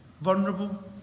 vulnerable